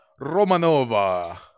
Romanova